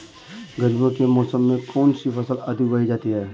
गर्मियों के मौसम में कौन सी फसल अधिक उगाई जाती है?